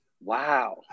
Wow